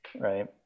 right